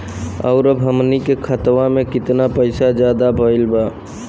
और अब हमनी के खतावा में कितना पैसा ज्यादा भईल बा?